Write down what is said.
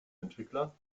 entwickler